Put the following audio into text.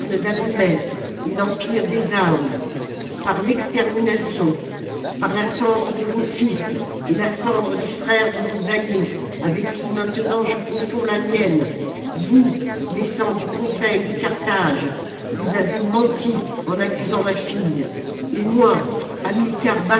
et l'empire des ames par l'extermination par la cendre de vos fils et la cendre des frères de vos aïeux avec qui maintenant je confonds la mienne vous les cent du conseil de carthage vous avez menti en accusant ma fdie et moi